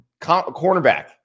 cornerback